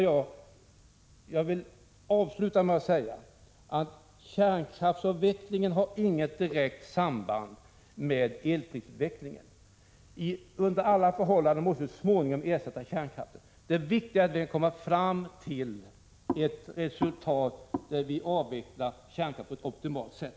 : Jag vill avsluta med att säga att kärnkraftsavvecklingen inte har något direkt samband med elprisutvecklingen. Under alla förhållanden måste vi så småningom ersätta kärnkraften. Det viktiga är att komma fram till ett resultat som innebär att vi avvecklar kärnkraften på ett optimalt sätt.